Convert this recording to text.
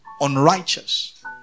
unrighteous